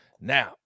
Now